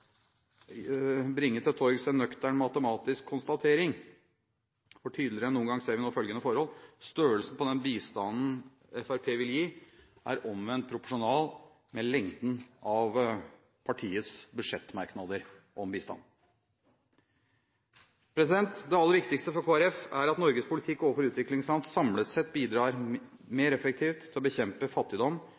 bringe til torgs en nøktern matematisk konstatering, for tydeligere enn noen gang ser vi nå følgende forhold: Størrelsen på den bistanden Fremskrittspartiet vil gi, er omvendt proporsjonal med lengden av partiets budsjettmerknader om bistand. Det aller viktigste for Kristelig Folkeparti er at Norges politikk overfor utviklingsland samlet sett bidrar mer effektivt til å bekjempe fattigdom